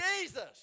Jesus